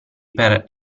per